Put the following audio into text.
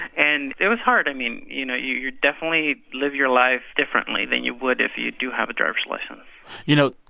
and it was hard. i mean, you know, you definitely live your life differently than you would if you do have a driver's license you know,